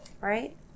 right